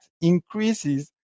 increases